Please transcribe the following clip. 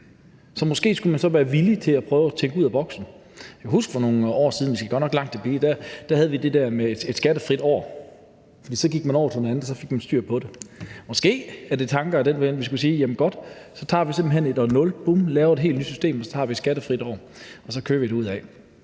Måske skulle man være villig til at prøve at tænke ud af boksen. Jeg kan huske, at vi for nogle år siden – vi skal godt nok langt tilbage – havde det der med et skattefrit år, og så gik man over til noget andet, og så fik man styr på det. Måske er det tanker som dem, vi skal vælge, og så sige: Vi tager simpelt hen et år nul, laver et helt nyt system, tager et skattefrit år, og så kører vi derudaf.